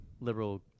liberal